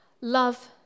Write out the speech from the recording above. love